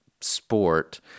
sport